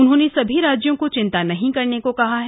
उन्होंने सभी राज्यों को चिंता नहीं करने को कहा है